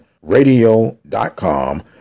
Radio.com